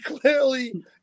clearly